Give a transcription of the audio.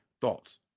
thoughts